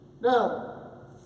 Now